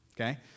okay